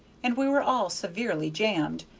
and we were all severely jammed,